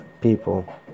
people